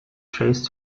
traced